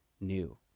new